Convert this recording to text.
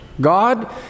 God